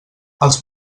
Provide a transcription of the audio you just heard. els